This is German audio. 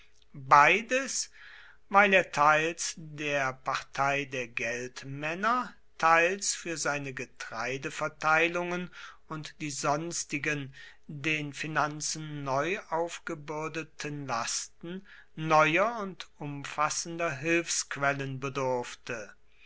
beides weil er teils der partei der geldmänner teils für seine getreideverteilungen und die sonstigen den finanzen neu aufgebürdeten lasten neuer und umfassender hilfsquellen bedurfte